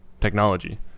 technology